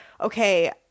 okay